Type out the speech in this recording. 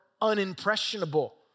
unimpressionable